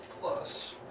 plus